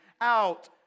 out